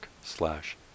slash